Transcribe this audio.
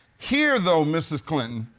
here, though, mrs. clinton,